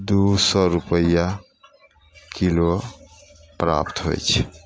दुइ सओ रुपैआ किलो प्राप्त होइ छै